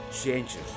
changes